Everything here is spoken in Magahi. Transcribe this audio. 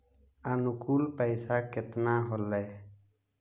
अनुकुल पैसा केतना होलय